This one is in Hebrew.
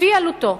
כפי עלותו.